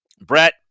Brett